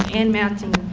and math team,